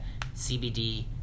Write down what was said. CBD